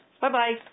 Bye-bye